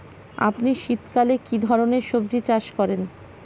আপনি শীতকালে কী ধরনের সবজী চাষ করেন?